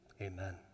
amen